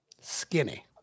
skinny